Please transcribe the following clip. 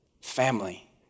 family